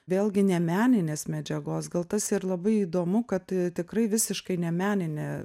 vėlgi ne meninės medžiagos gal tas ir labai įdomu kad tikrai visiškai ne meninė